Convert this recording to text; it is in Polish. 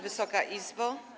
Wysoka Izbo!